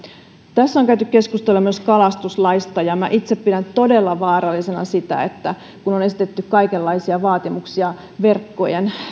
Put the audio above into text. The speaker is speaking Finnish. tässä on käyty keskustelua myös kalastuslaista ja minä itse pidän todella vaarallisena sitä kun on on esitetty kaikenlaisia vaatimuksia